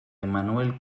emmanuel